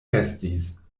restis